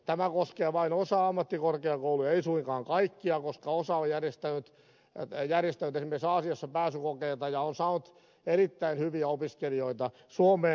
tämä koskee vain osaa ammattikorkeakouluja ei suinkaan kaikkia koska osa on järjestänyt esimerkiksi aasiassa pääsykokeita ja on saanut erittäin hyviä opiskelijoita suomeen